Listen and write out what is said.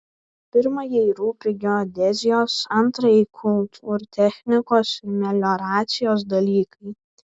pirmajai rūpi geodezijos antrajai kultūrtechnikos ir melioracijos dalykai